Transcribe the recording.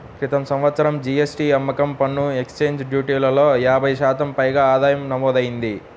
క్రితం సంవత్సరం జీ.ఎస్.టీ, అమ్మకం పన్ను, ఎక్సైజ్ డ్యూటీలలో యాభై శాతం పైగా ఆదాయం నమోదయ్యింది